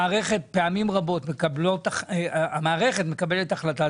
המערכת, פעמים רבות המערכת מקבלת החלטה.